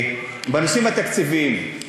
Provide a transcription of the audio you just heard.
בנושאים התקציביים,